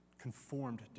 conformed